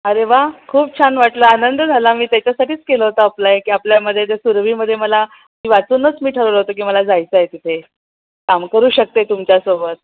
अरे वा खूप छान वाटलं आनंद झाला मी त्याच्यासाठीच केलं होतं अप्लाय की आपल्यामध्ये त्या सुरभीमध्ये मला मी वाचूनच मी ठरवलं होतं की मला जायचं आहे तिथे काम करू शकते तुमच्यासोबत